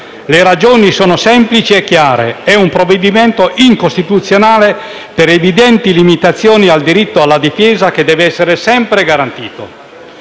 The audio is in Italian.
Le ragioni sono semplici e chiare: è un disegno di legge incostituzionale per evidenti limitazioni al diritto alla difesa che deve essere sempre garantito.